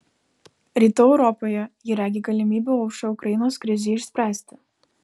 rytų europoje ji regi galimybių aušrą ukrainos krizei išspręsti